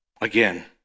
Again